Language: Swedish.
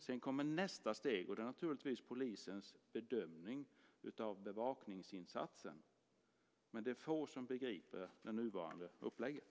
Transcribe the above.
Sedan kommer nästa steg. Det är naturligtvis polisens bedömning av bevakningsinsatsen. Men det är få som begriper det nuvarande upplägget.